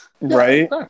right